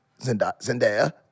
Zendaya